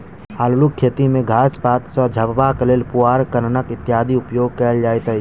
अल्लूक खेती मे घास पात सॅ झपबाक लेल पुआर, कन्ना इत्यादिक उपयोग कयल जाइत अछि